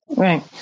Right